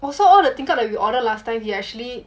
oh so all the tingkat that we order last time he actually